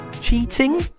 cheating